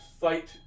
fight